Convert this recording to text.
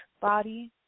body